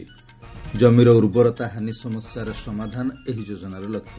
କ୍ରମିର ଉର୍ବରତା ହାନି ସମସ୍ୟାର ସମାଧାନ ଏହି ଯୋଜନାର ଲକ୍ଷ୍ୟ